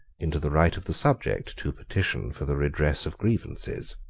into the right of the subject to petition for the redress of grievances.